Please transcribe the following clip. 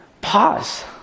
pause